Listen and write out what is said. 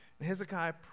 Hezekiah